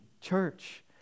church